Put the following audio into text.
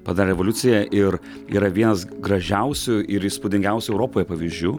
padarė revoliuciją ir yra vienas gražiausių ir įspūdingiausių europoje pavyzdžių